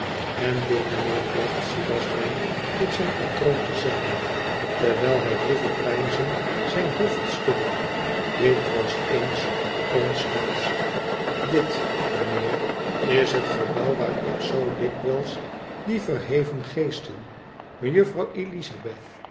en dit mijnheer placht silas dan tot zijn patroon te zeggen terwijl hij droevig peinzend zijn hoofd schudde dit was eens ons huis dit mijnheer is het gebouw waar ik zoo dikwijls die verheven geesten mejuffrouw ëlizabeth